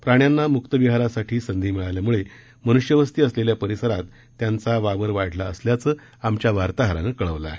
प्राण्यांना म्क्त विहारासाठीची संधी मिळाल्याम्ळे मन्ष्यवस्ती असलेल्या परिसरात त्यांचा वावर वा ला असल्याचं आमच्या वार्ताहरानं कळवलं आहे